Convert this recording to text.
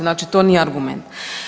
Znači to nije argument.